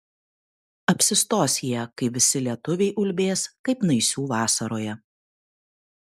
apsistos jie kai visi lietuviai ulbės kaip naisių vasaroje